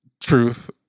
truth